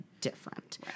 different